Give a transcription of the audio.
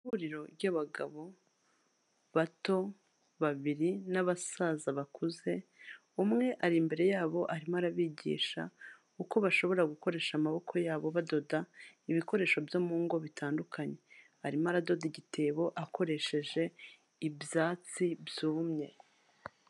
Ihuriro ry'abagabo bato babiri n'abasaza bakuze, umwe ari imbere yabo arimo arabigisha uko bashobora gukoresha amaboko yabo badoda ibikoresho byo mu ngo bitandukanye, arimo aradoda igitebo akoresheje ibyatsi byumye.